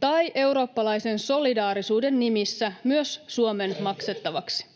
tai eurooppalaisen solidaarisuuden nimissä myös Suomen maksettavaksi.